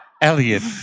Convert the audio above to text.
Elliot